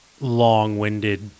long-winded